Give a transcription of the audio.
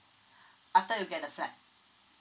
after you get the flat